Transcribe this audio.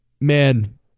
Man